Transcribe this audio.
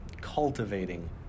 cultivating